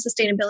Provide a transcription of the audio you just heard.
sustainability